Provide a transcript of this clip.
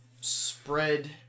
spread